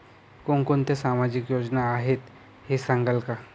कोणकोणत्या सामाजिक योजना आहेत हे सांगाल का?